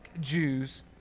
Jews